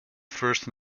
first